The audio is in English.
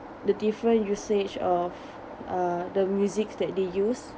the different usage of uh the music that they use